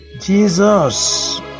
Jesus